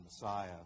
Messiah